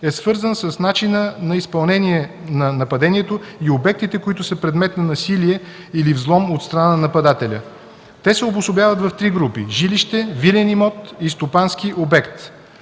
е свързан с начина на изпълнение на нападението и обектите, които са предмет на насилие или взлом от страна на нападателя. Те се обособяват в три групи: жилище, вилен имот и стопански обект.